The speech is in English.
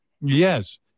Yes